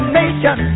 nation